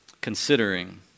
considering